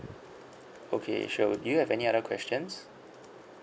okay sure would you have any other questions